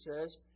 says